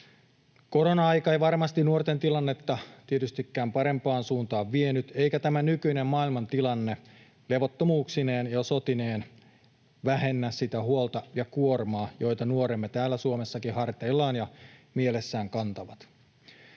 Korona-aika ei varmasti nuorten tilannetta tietystikään parempaan suuntaan vienyt, eikä tämä nykyinen maailmantilanne levottomuuksineen ja sotineen vähennä sitä huolta ja kuormaa, joita nuoremme täällä Suomessakin harteillaan ja mielessään kantavat.